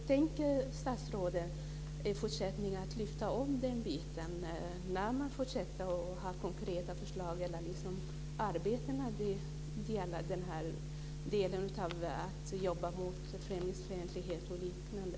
Tänker statsrådet i fortsättningen lyfta upp den biten, att lägga fram konkreta förslag eller arbeta mot främlingsfientlighet och liknande?